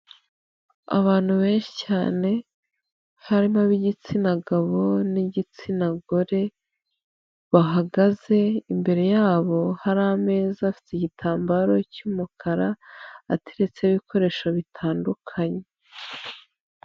Abantu benshi cyane harimo ab'igitsina gabo n'igitsina gore bahagaze, imbere yabo hari ameza afite igitambaro cy'umukara ateretseho ibikoresho bitandukanye.